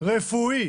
רפואי